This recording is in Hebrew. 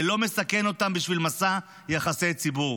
ולא מסכן אותם בשביל מסע יחסי ציבור.